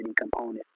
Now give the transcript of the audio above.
component